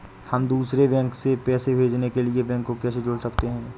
हम दूसरे बैंक को पैसे भेजने के लिए बैंक को कैसे जोड़ सकते हैं?